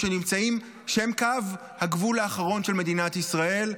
שהם קו הגבול האחרון של מדינת ישראל.